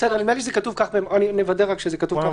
נדמה לי שזה כתוב כך נוודא רק שכתוב כך במקום אחר.